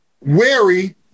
wary